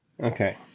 Okay